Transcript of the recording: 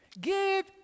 Give